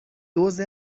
دُز